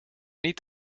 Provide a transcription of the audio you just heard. niet